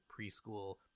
preschool